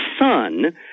son